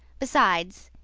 besides,